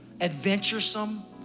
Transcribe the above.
adventuresome